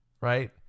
right